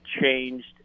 changed